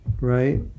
Right